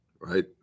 right